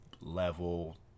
level